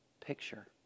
picture